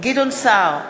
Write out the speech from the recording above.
גדעון סער,